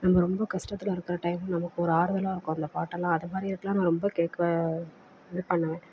நம்ம ரொம்ப கஷ்டத்தில் இருக்கிற டைம் நமக்கு ஒரு ஆறுதலாக இருக்கும் அந்த பாட்டெல்லாம் அது மாதிரி இதுக்கலாம் நான் ரொம்ப கேட்க இது பண்ணுவேன்